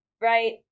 right